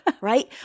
right